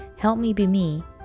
HelpMeBeMe